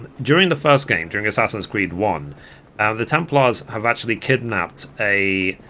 during the first game during assassin's creed one the templars have actually kidnapped a